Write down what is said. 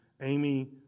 Amy